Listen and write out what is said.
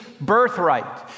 birthright